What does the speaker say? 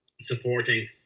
supporting